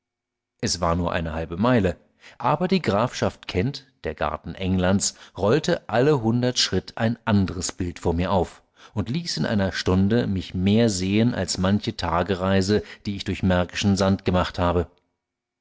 es war nur eine halbe meile aber die grafschaft kent der garten englands rollte alle hundert schritt ein anderes bild vor mir auf und ließ in einer stunde mich mehr sehen als manche tagereise die ich durch märkischen sand gemacht habe